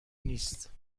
نیست